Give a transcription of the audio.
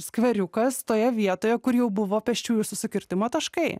skveriukas toje vietoje kur jau buvo pėsčiųjų susikirtimo taškai